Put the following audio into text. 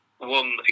One